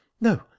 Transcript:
no